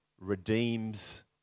redeems